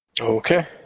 Okay